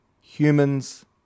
humans